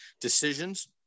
decisions